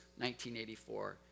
1984